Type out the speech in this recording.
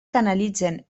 canalitzen